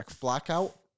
Blackout